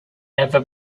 never